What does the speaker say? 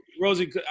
Rosie